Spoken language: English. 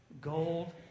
gold